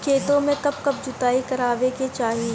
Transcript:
खेतो में कब कब जुताई करावे के चाहि?